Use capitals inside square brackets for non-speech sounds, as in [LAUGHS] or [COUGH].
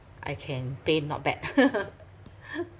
I can paint not bad [LAUGHS]